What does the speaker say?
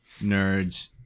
Nerds